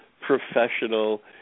professional